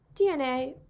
DNA